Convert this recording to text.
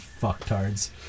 fucktards